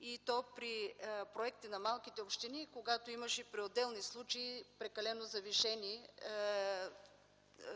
и то при проекти на малките общини, когато при отделни случаи имаше прекалено завишени